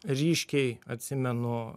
ryškiai atsimenu